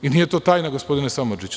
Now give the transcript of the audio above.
Nije to tajna, gospodine Samardžiću.